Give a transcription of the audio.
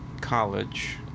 college